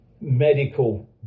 medical